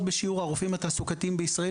בשיעור הרופאים התעסוקתיים בישראל,